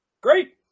Great